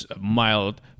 mild